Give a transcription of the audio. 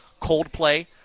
Coldplay